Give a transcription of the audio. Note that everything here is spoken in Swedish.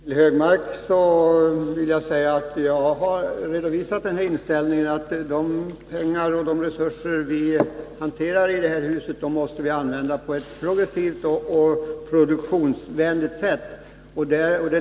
Herr talman! Till Anders Högmark vill jag säga att jag har redovisat den inställningen, att de pengar och de resurser som vi hanterar i det här huset måste användas på ett progressivt och produktionsvänligt sätt.